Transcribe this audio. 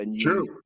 True